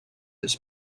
this